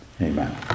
amen